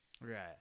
Right